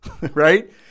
right